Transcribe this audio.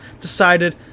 decided